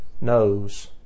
knows